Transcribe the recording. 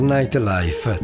Nightlife